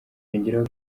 yongeraho